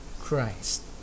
Christ